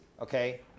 okay